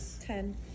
Ten